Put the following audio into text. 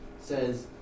says